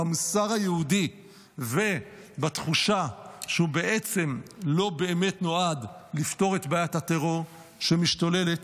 במוסר היהודי ובתחושה שהוא לא באמת נועד לפתור את בעיית הטרור שמשתוללת,